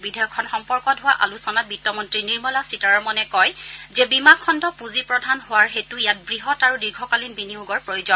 বিধেয়কখন সম্পৰ্কত হোৱা আলোচনাত বিত্তমন্ত্ৰী নিৰ্মলা সীতাৰমণে কয় যে বীমাখণ্ড পুঁজিপ্ৰধান হোৱাৰ হেতু ইয়াত বৃহৎ আৰু দীৰ্ঘকালীন বিনিয়োগৰ প্ৰয়োজন